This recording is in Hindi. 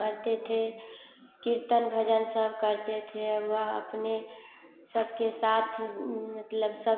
करते थे कीर्तन भजन सब करते थे और वह अपने सबके साथ मतलब सब